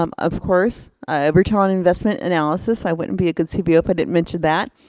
um of course i ever tone investment analysis. i wouldn't be a good cpo if i didn't mention that.